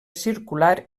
circular